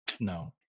no